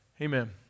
Amen